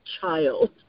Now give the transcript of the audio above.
child